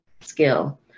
skill